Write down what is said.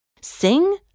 Sing